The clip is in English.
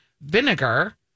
vinegar